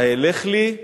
/ האלך לי?"